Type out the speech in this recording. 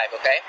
okay